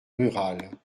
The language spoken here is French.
rurales